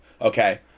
okay